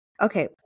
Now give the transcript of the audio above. Okay